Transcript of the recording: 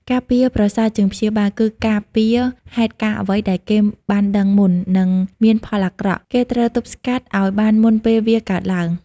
ការពារប្រសើរជាងព្យាបាលគឺការពារហេតុការណ៍អ្វីដែលគេបានដឺងមុន នឹងមានផលអាក្រក់ គេត្រូវទប់ស្កាត់អោយបានមុនពេលវាកើតឡើង។